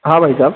हाँ भाई साहब